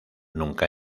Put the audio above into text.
nunca